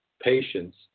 patients